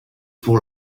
pour